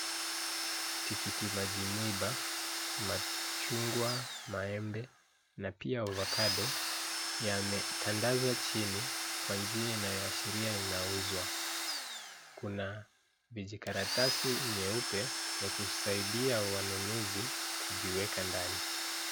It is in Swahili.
Tikiti maji mwiba, machungwa, maembe na pia avocado yametandazwa chini kwa njia inayoashiria inauzwa. Kuna vijikaratasi vyeupe vya kusaidia wanunuzi kuviweka ndani.